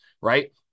right